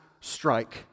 strike